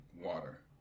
water